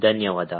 ಧನ್ಯವಾದ